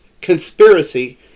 conspiracy